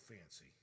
fancy